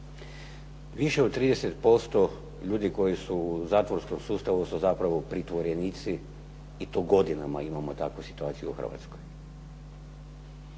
Više od 30% ljudi koji su u zatvorskom sustavu su zapravo pritvorenici i to godinama imamo takvu situaciju u Hrvatskoj.